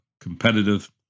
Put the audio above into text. competitive